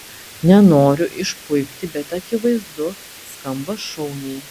nenoriu išpuikti bet akivaizdu skamba šauniai